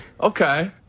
Okay